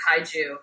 kaiju